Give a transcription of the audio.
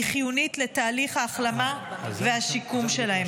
והיא חיונית לתהליך ההחלמה והשיקום שלהם.